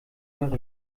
marie